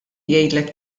jgħidlek